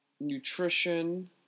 nutrition